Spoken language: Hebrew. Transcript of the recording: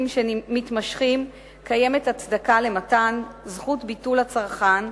מתמשכים קיימת הצדקה למתן זכות ביטול לצרכן,